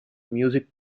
music